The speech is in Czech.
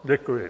Děkuji.